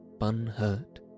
unhurt